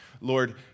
Lord